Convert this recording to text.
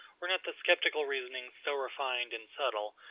were not the sceptical reasonings so refined and subtle,